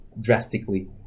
drastically